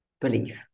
belief